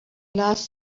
last